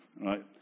right